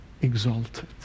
exalted